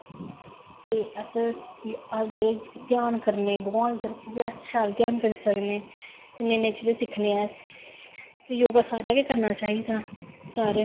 ते अस जेह्ड़े ध्यान करने भगवान दा अस शैल ध्यान करी सकने इन्नी इन्नी चीजां सिक्खने आं अस योगा सारें गै करना चाहिदा सारें